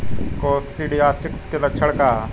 Coccidiosis के लक्षण का ह?